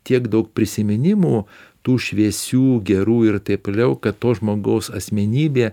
tiek daug prisiminimų tų šviesių gerų ir taip toliau kad to žmogaus asmenybė